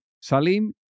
Salim